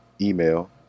email